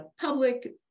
public